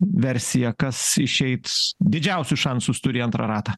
versija kas išeit didžiausius šansus turi į antrą ratą